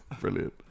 Brilliant